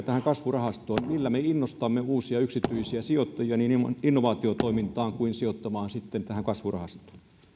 tähän kasvurahastoon millä me innostamme uusia yksityisiä sijoittajia niin innovaatiotoimintaan kuin myös sijoittamaan sitten tähän kasvurahastoon